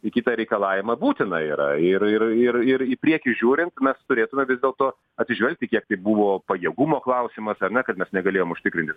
į kitą reikalavimą būtina yra ir ir ir ir į priekį žiūrint mes turėtume vis dėlto atsižvelgti kiek tai buvo pajėgumo klausimas ar ne kad mes negalėjom užtikrinti